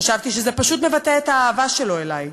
חשבתי שזה פשוט מבטא את האהבה שלו אלי,